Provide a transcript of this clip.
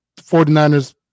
49ers